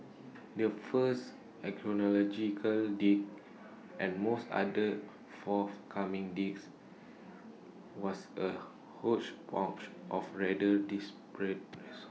the first archaeological dig and most other forthcoming digs was A hodgepodge of rather